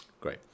Great